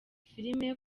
filimi